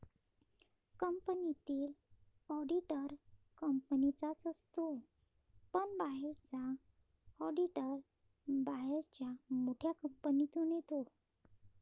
कंपनीतील ऑडिटर कंपनीचाच असतो पण बाहेरचा ऑडिटर बाहेरच्या मोठ्या कंपनीतून येतो